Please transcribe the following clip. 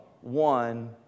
one